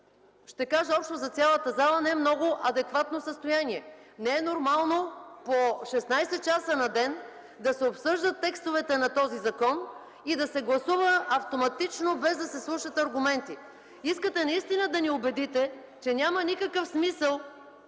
ще кажа общо за цялата зала, не много адекватно състояние. Не е нормално по 16 часа на ден да се обсъждат текстовете на този закон и да се гласува автоматично, без да се изслушат аргументи. Искате наистина да ни убедите, че няма никакъв смисъл